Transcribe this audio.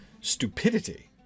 stupidity